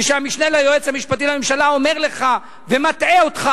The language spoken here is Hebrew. וכשהמשנה ליועץ המשפטי לממשלה אומר לך ומטעה אותך,